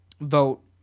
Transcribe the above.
vote